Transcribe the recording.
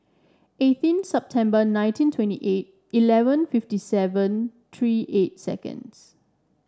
eighteen September nineteen twenty eight eleven fifty seven three eight seconds